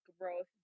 growth